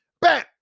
Bam